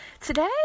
Today